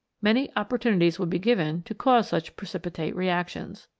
many opportunities would be given to cause such precipitate reactions.